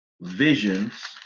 visions